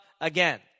again